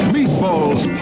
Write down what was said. Meatballs